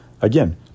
again